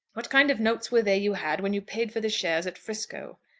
what kind of notes were they you had when you paid for the shares at frisco?